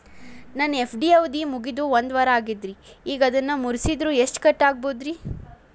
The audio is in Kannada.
ನನ್ನ ಎಫ್.ಡಿ ಅವಧಿ ಮುಗಿದು ಒಂದವಾರ ಆಗೇದ್ರಿ ಈಗ ಅದನ್ನ ಮುರಿಸಿದ್ರ ಎಷ್ಟ ಕಟ್ ಆಗ್ಬೋದ್ರಿ?